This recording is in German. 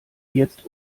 jetzt